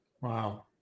wow